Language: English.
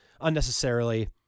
unnecessarily